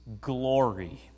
glory